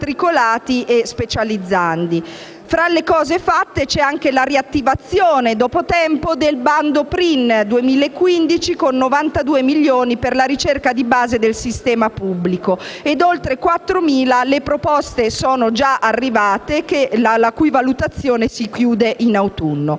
Fra le cose fatte c'è anche la riattivazione, dopo tempo, del bando PRIN 2015, con 92 milioni per la ricerca di base del sistema pubblico. Sono già arrivate oltre 4.000 proposte, la cui valutazione si chiuderà in autunno.